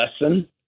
lesson